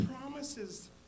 promises